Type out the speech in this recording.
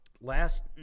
last –